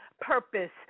purpose